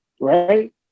right